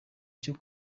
cyo